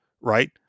right